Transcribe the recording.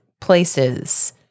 places